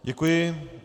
Děkuji.